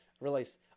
release